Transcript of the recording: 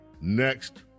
next